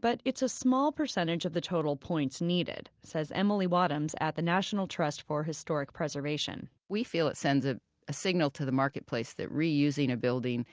but it's a small percentage of the total points needed, says emily wadhams at the national trust for historic preservation we feel it sends ah a signal to the marketplace that reusing a building